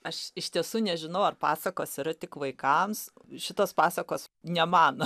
aš iš tiesų nežinau ar pasakos yra tik vaikams šitos pasakos ne man